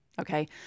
okay